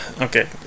Okay